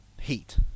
heat